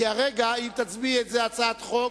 כי כרגע אם תצביעי כהצעת חוק,